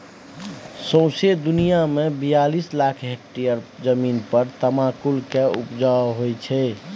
सौंसे दुनियाँ मे बियालीस लाख हेक्टेयर जमीन पर तमाकुल केर उपजा होइ छै